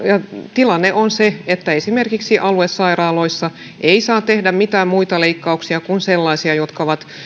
tilanne on se että esimerkiksi aluesairaaloissa ei saa tehdä mitään muita leikkauksia kuin sellaisia jotka on